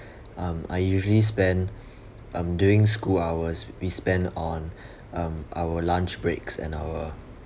um I usually spend um during school hours we spend on um our lunch breaks and our